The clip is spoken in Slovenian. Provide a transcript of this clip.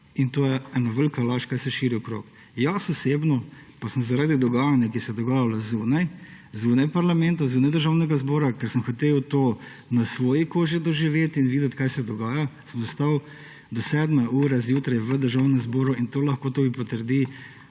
in to je ena velika laž, ki se širi okrog. Osebno pa sem zaradi dogajanja, ki se je dogajalo zunaj parlamenta, zunaj Državnega zbora, ker sem hotel to na svoji koži doživeti in videti, kaj se dogaja, sem ostal do sedme ure zjutraj v Državnem zboru in to lahko tudi potrdi